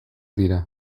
dira